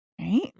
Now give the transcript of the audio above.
Right